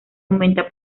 aumenta